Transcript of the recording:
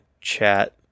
chat